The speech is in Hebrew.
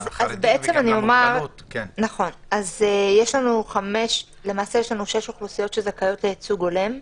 אני אומר שלמעשה יש לנו שש אוכלוסיות שזכאיות לייצוג הולם,